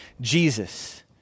Jesus